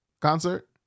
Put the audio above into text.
Concert